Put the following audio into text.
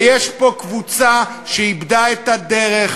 ויש פה קבוצה שאיבדה את הדרך,